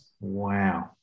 Wow